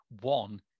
One